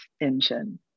engine